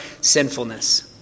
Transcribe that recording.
sinfulness